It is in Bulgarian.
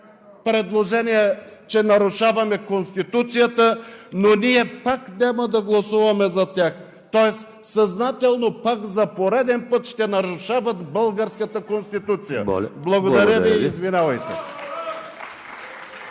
КАРАДАЙЪ: …нарушаваме Конституцията, но ние пак няма да гласуваме за тях“, тоест съзнателно пак, за пореден път, ще нарушават българската Конституция. Благодаря Ви и извинявайте.